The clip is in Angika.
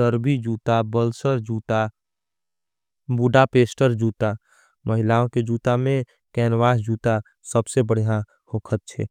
डर्वी जूता, बल्सर जूता, बुड़ा पेस्टर जूता। महिलाओं के जूता में कैनवास जूता सबसे बढ़या होखत छे।